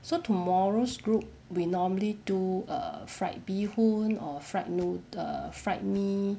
so tomorrow's group we normally do err fried bee hoon or fried nood~ err fried mee